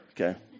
okay